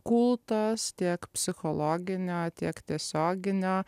kultas tiek psichologinio tiek tiesioginio